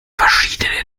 verschiedenen